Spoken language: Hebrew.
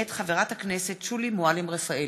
מאת חברי הכנסת מכלוף מיקי זוהר,